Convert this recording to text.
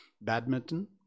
badminton